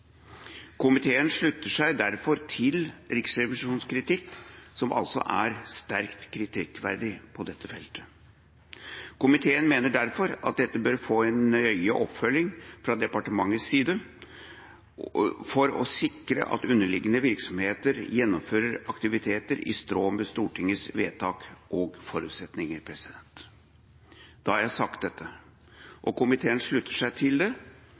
Komiteen slutter seg derfor til Riksrevisjonens kritikk, som altså lyder «sterkt kritikkverdig» på dette feltet. Komiteen mener derfor at dette bør få en nøye oppfølging fra departementets side for å sikre at underliggende virksomheter gjennomfører aktiviteter i tråd med Stortingets vedtak og forutsetninger. Da har jeg sagt dette, og komiteen slutter seg til det.